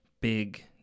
big